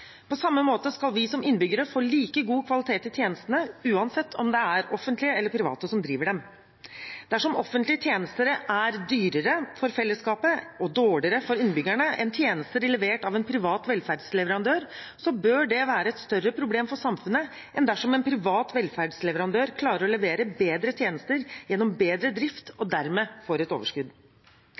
På samme måte skal vi som innbyggere få like god kvalitet i tjenestene uansett om det er offentlige eller private som driver dem. Dersom offentlige tjenester er dyrere for fellesskapet og dårligere for innbyggerne enn tjenester levert av en privat velferdsleverandør, bør det være et større problem for samfunnet enn dersom en privat velferdsleverandør klarer å levere bedre tjenester gjennom bedre drift og dermed får et overskudd.